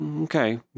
Okay